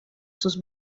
sus